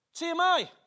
TMI